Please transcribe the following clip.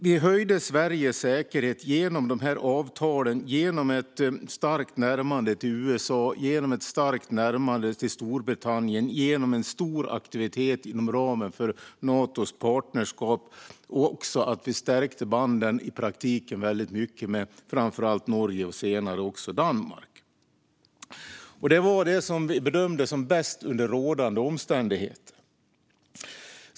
Vi höjde Sveriges säkerhet genom avtalen, genom ett starkt närmande till USA och Storbritannien och genom en stor aktivitet inom ramen för Natos partnerskap. Vi stärkte också banden i praktiken väldigt mycket med framför allt Norge och senare också Danmark. Det var det vi bedömde som bäst under rådande omständigheter.